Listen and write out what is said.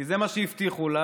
כי זה מה שהבטיחו לה,